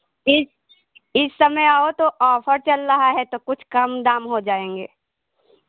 इस इस समय आओ तो ऑफ़र चल रहा है तो कुछ कम दाम हो जायेंगे